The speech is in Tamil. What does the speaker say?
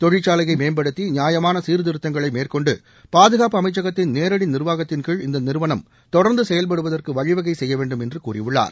தொழிற்சாலையை மேம்படுத்தி நியாயமான சீர்திருத்தங்களை மேற்கொண்டு பாதுகாப்பு அமைச்சகத்தின் நேரடி நிர்வாகத்தின்கீழ் இந்த நிறுவனம் தொடர்ந்து செயல்படுவதற்கு வழிவகை செய்ய வேண்டும் அவர் கூறியுள்ளார்